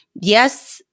yes